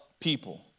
people